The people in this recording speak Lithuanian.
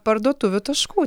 parduotuvių taškų